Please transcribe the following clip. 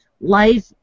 Life